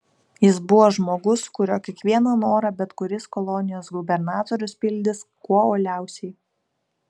jis buvo žmogus kurio kiekvieną norą bet kuris kolonijos gubernatorius pildys kuo uoliausiai